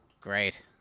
great